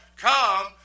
Come